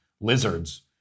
lizards